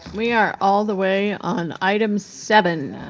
we are all the way on item seven.